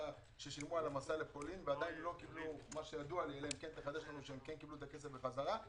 ששילמו על המסע לפולין ועדיין לא קיבלו לפי הידוע לי את הכסף חזרה.